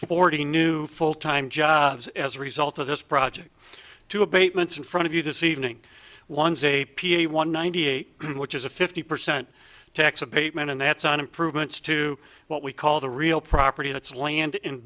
forty new full time jobs as a result of this project to abatements in front of you this evening ones a p a one ninety eight which is a fifty percent tax abatement and that's on improvements to what we call the real property that's land in